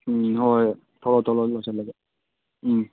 ꯎꯝ ꯍꯣꯏ ꯍꯣꯏ ꯊꯣꯛꯂꯛꯑꯣ ꯊꯣꯛꯂꯛꯑꯣ ꯑꯩꯁꯨ ꯂꯣꯏꯁꯜꯂꯒꯦ ꯎꯝ